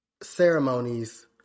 ceremonies